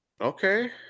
Okay